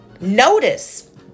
notice